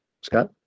scott